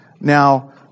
Now